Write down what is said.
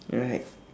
alright